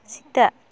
ᱥᱮᱛᱟᱜ